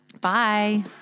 Bye